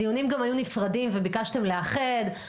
הדיונים גם היו נפרדים וביקשתם לאחד.